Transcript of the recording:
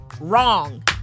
wrong